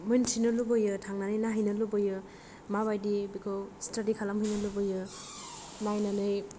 मोनथिनो लुबैयो थांनानै नायहैनो लुबैयो माबायदि बेखौ सितादि खालामहैनो लुबैयो नायनानै